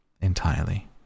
Entirely